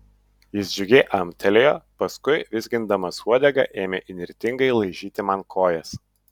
jis džiugiai amtelėjo paskui vizgindamas uodegą ėmė įnirtingai laižyti man kojas